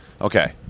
Okay